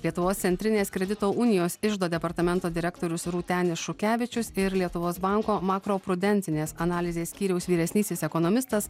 lietuvos centrinės kredito unijos iždo departamento direktorius rūtenis šukevičius ir lietuvos banko makroprudencinės analizės skyriaus vyresnysis ekonomistas